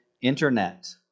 internet